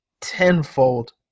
tenfold